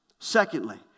Secondly